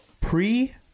pre